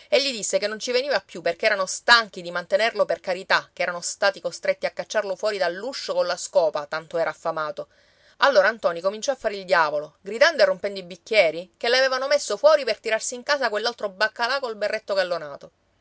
e gli disse che non ci veniva più perché erano stanchi di mantenerlo per carità che erano stati costretti a cacciarlo fuori dell'uscio colla scopa tanto era affamato allora ntoni cominciò a fare il diavolo gridando e rompendo i bicchieri che l'avevano messo fuori per tirarsi in casa quell'altro baccalà col berretto gallonato